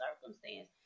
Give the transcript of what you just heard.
circumstance